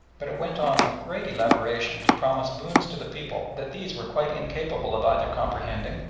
but it went on with great elaboration to promise boons to the people that these were quite incapable of either comprehending,